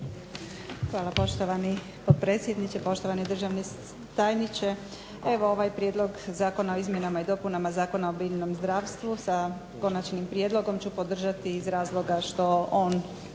Hvala poštovani potpredsjedniče, poštovani državni tajniče. Evo ovaj prijedlog Zakona o izmjenama i dopunama Zakona o biljnom zdravstvu, sa konačnim prijedlogom ću podržati iz razloga što on